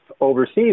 overseas